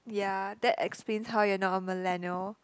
ya that explains how you're not a millennial